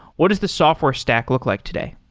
what is the software stack look like today?